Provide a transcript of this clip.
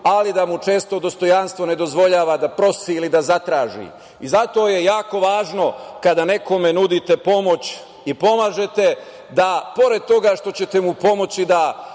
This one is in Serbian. ali da mu često dostojanstvo ne dozvoljava da prosi ili da zatraži. Zato je jako važno kada nekome nudite pomoć i pomažete, da pored toga što ćete mu pomoći da